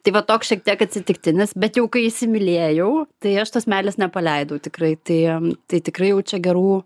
tai va toks šiek tiek atsitiktinis bet jau kai įsimylėjau tai aš tos meilės nepaleidau tikrai tai tikrai jaučia gerų